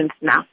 now